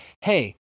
hey